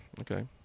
Okay